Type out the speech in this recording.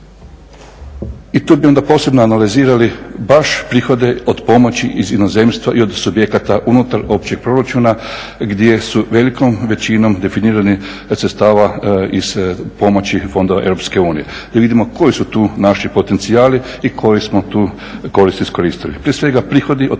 I tu bi onda posebno analizirali baš prihode od pomoći iz inozemstva i od subjekata unutar općeg proračuna gdje su velikom većinom definirane sredstava iz pomoći fondova Europske unije da vidimo koji su tu naši potencijali i koji smo tu korist iskoristili.